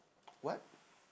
what